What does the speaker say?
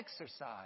Exercise